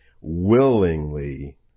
willingly